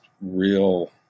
real